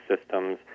systems